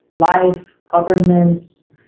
life, governments,